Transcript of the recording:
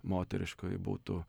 moteriškoji būtų